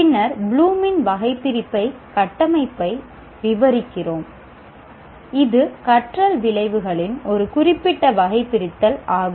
பின்னர் ப்ளூமின் வகைபிரிப்பின் கட்டமைப்பை விவரிக்கிறோம் இது கற்றல் விளைவுகளின் ஒரு குறிப்பிட்ட வகைபிரித்தல் ஆகும்